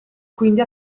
quindi